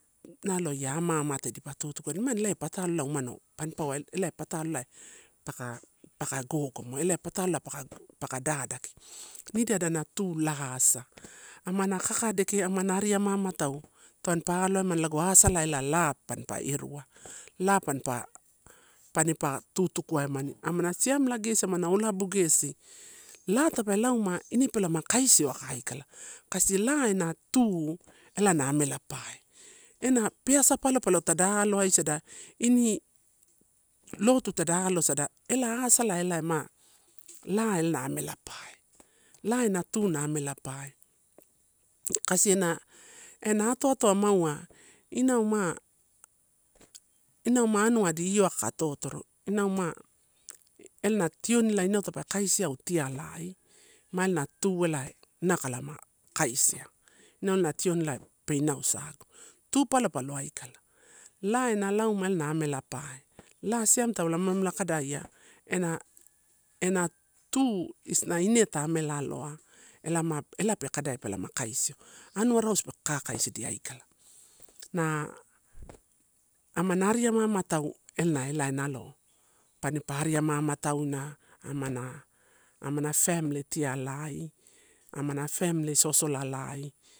Nalo ia ama amate dipa tutuedia, imani elai patalo umano panipau elai patalo elae paka paka gogomo elai patalo ela paka dadaki. Nida adanatu la asa, amana kakadeke, amana ari ama amatu taminpa aloa emani lago azalai ela la mampa irua. La panpa, panipa tutukuaemani amana siamela gesi, amana olabu gesi ela, la tape lauma ine pelama kaisio aka aikala, kasi la ena tu ela na amelape. Ena peasa palo, palo dada alo is a da ini lotu tada alosada ela azalai ma la elana amela pae la ena tu na amela pae. Kasi ena, ena atoatoai maua inau ma, inau ma anua adi io kakatotoru inau ma, elana tioni elo inau tape kaisi enla tionla peinausae tialai ma elana tu elae inau kalama kaisia, inau elana tioni elae pe inau sagu. Tu palopalo aikala, la ena lauma elana amela pae, la siam tau lama amela kadaia ena, ena tu igina ine ta amela aloa ela ma ela pe kadaia pelama kaisio, anuarausu pe kakasidia aikala, na amana ari ama amatau elana elae nalo panipa ari ama amatauna amana, amana family tialai amana family sosolai.